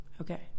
Okay